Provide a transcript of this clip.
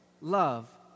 love